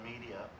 media